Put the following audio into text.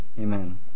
amen